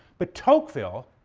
but tocqueville,